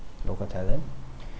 local talent